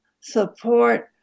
support